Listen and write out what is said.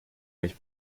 mich